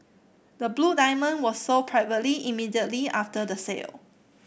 the blue diamond was sold privately immediately after the sale